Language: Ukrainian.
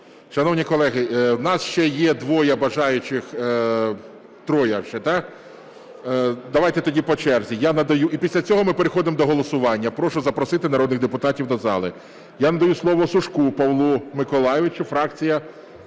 Шановні колеги, в нас ще є двоє бажаючих. Троє ще, так? Давайте тоді по черзі. Я надаю… І після цього ми переходимо до голосування. Прошу запросити народних депутатів до зали. Я надаю слово Сушку Павлу Миколайовичу, фракція